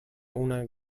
una